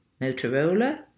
Motorola